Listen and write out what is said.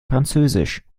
französisch